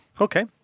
Okay